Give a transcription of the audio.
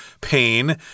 pain